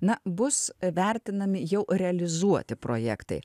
na bus vertinami jau realizuoti projektai